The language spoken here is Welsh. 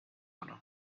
hwnnw